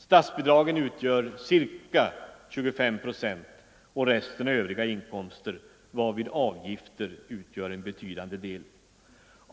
Statsbidragen utgör ca 25 procent, och resten är övriga inkomster, av vilka avgifter utgör en betydande del.